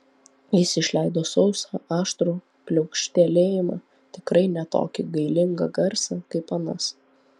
jis išleido sausą aštrų pliaukštelėjimą tikrai ne tokį galingą garsą kaip anas